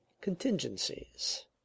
contingencies